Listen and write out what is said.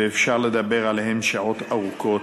ואפשר לדבר עליהן שעות ארוכות,